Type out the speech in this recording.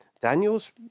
Daniel's